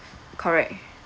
correct